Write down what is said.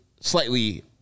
slightly